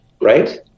right